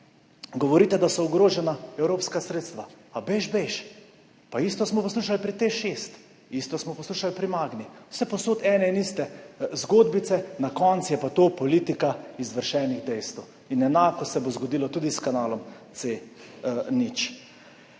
Govorite, da so ogrožena evropska sredstva, a bejž, bejž. Isto smo poslušali pri TEŠ 6, isto smo poslušali pri Magni, vsepovsod ene in iste zgodbice, na koncu je pa to politika izvršenih dejstev. Enako se bo zgodilo tudi s kanalom C0.